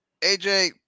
AJ